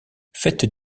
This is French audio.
faites